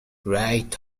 right